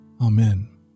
Amen